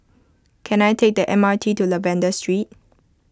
can I take the M R T to Lavender Street